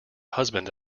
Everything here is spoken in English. husband